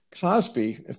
Cosby